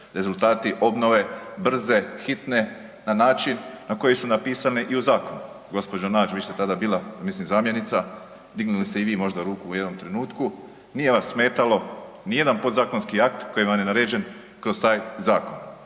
Rezultati obnove brze hitne na način na koji su napisani i u zakonu. Gđo Nađ, vi ste tada bila, ja mislim zamjenica, dignuli ste i vi možda ruku u jednom trenutku, nije vas smetalo nijedan podzakonski akt koji vam je naređen kroz taj zakon.